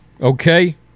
okay